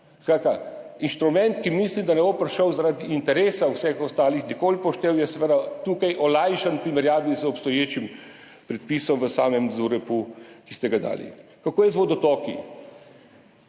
inštrument, ki misli, da ne bo prišel zaradi interesa vseh ostalih nikoli v poštev, je seveda tukaj olajšan v primerjavi z obstoječim predpisom v samem ZUreP, ki ste ga dali. Kako je z vodotoki?